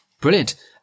Brilliant